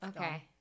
Okay